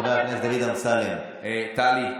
מעכשיו, תודה רבה, טלי.